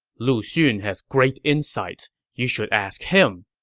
lu xun has great insights you should ask him.